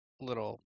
little